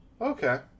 Okay